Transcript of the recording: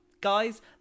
guys